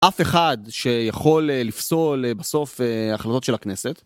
אף אחד שיכול לפסול בסוף החלטות של הכנסת.